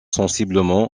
sensiblement